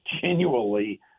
continually